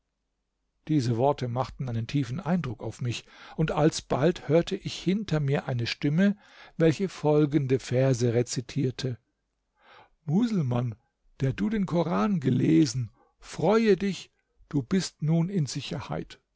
diese worte machten einen tiefen eindruck auf mich und alsbald hörte ich hinter mir eine stimme welche folgende verse rezitierte muselmann der du den koran gelesen freue dich du bist nun in sicherheit